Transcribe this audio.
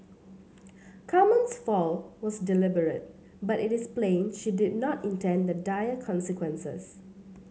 Carmen's fall was deliberate but it is plain she did not intend the dire consequences